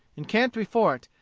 encamped before it,